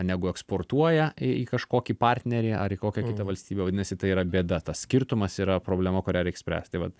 negu eksportuoja į kažkokį partnerį ar į kokią kitą valstybę vadinasi tai yra bėda tas skirtumas yra problema kurią reik spręst tai vat